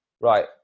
Right